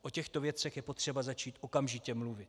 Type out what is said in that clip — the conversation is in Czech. O těchto věcech je potřeba začít okamžitě mluvit.